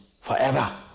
Forever